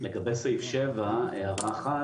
אז לגבי סעיף 7, הערה אחת.